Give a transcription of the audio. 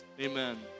Amen